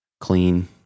clean